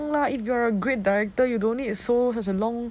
no lah if you are a great director you don't need so such a long